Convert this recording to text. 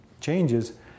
changes